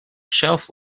shelf